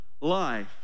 life